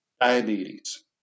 diabetes